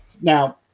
Now